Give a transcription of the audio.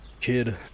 Kid